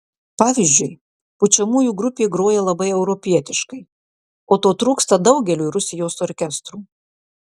pavyzdžiui pučiamųjų grupė groja labai europietiškai o to trūksta daugeliui rusijos orkestrų